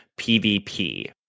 PVP